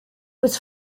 was